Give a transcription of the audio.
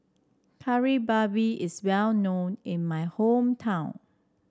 Kari Babi is well known in my hometown